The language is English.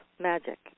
magic